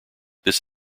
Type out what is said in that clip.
this